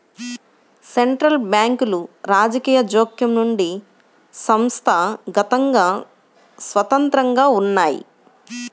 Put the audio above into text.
central బ్యాంకులు రాజకీయ జోక్యం నుండి సంస్థాగతంగా స్వతంత్రంగా ఉన్నయ్యి